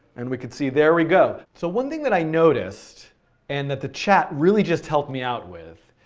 and we could see, there we go. so one thing that i noticed and that the chat really just helped me out with,